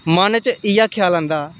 मन च इ'यै ख्याल आंदा